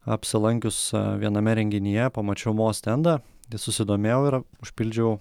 apsilankius viename renginyje pamačiau mo stendą susidomėjau ir užpildžiau